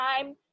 time